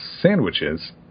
sandwiches